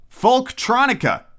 Folktronica